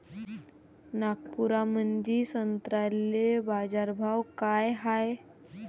नागपुरामंदी संत्र्याले बाजारभाव काय हाय?